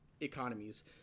economies